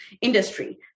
industry